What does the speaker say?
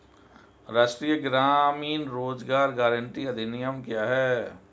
राष्ट्रीय ग्रामीण रोज़गार गारंटी अधिनियम क्या है?